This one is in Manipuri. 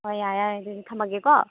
ꯍꯣꯏ ꯌꯥꯔꯦ ꯌꯥꯔꯦ ꯑꯗꯨꯗꯤ ꯊꯝꯃꯒꯦ ꯀꯣ